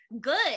good